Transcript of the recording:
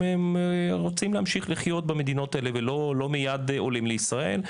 הם רוצים להמשיך לחיות בהן ולא מייד עולים לישראל.